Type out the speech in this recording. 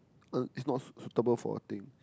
uh is not suitable for a thing